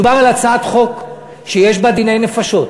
מדובר על הצעת חוק שיש בה דיני נפשות.